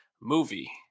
movie